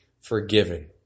forgiven